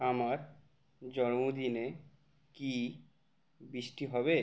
আমার জন্মদিনে কি বৃষ্টি হবে